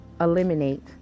eliminate